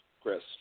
Chris